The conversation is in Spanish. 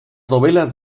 novelas